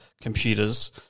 computers